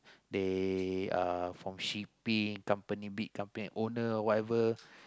they uh from shipping company big company owner whatever